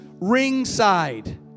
ringside